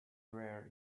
rare